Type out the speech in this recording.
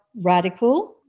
radical